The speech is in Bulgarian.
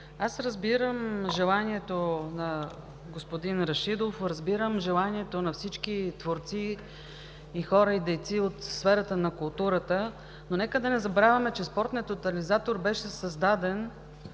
Разбирам желанието на господин Рашидов, разбирам желанието на всички творци и хора – дейци от сферата на културата, но нека да не забравяме, че Спортният тотализатор беше създаден